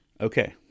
okay